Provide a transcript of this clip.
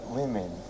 women